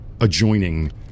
adjoining